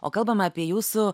o kalbame apie jūsų